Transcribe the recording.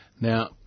now